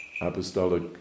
apostolic